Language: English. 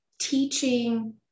teaching